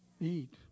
eat